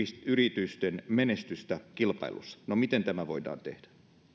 yritysten menestystä kilpailussa no miten tämä voidaan tehdä